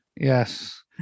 Yes